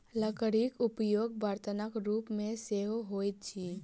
लकड़ीक उपयोग बर्तनक रूप मे सेहो होइत अछि